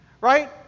right